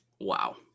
Wow